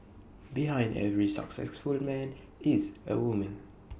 behind every successful man is A woman